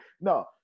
no